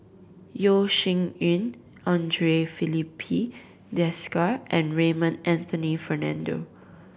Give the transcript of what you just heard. Yeo Shih Yun Andre Filipe Desker and Raymond Anthony Fernando